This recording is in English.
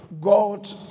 God